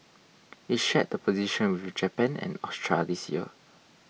it shared the position with Japan and Austria this year